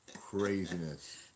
Craziness